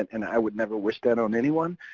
and i would never wish that on anyone,